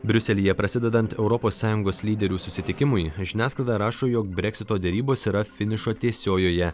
briuselyje prasidedant europos sąjungos lyderių susitikimui žiniasklaida rašo jog breksito derybos yra finišo tiesiojoje